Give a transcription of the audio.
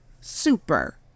super